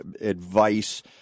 advice